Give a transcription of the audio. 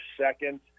second